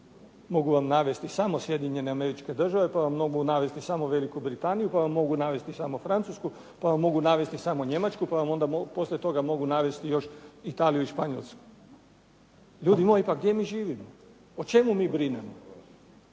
Mogu vam navesti samo Sjedinjene Američke Države, pa vam mogu navesti samo Veliku Britaniju, pa vam mogu navesti samo Francusku, pa vam mogu navesti samo Njemačku, pa vam onda poslije toga mogu navesti Italiju i Španjolsku. Ljudi moji, pa gdje mi živimo, o čemu mi brinemo.